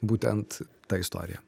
būtent ta istorija